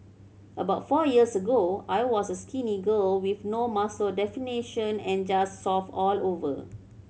about four years ago I was a skinny girl with no muscle definition and just soft all over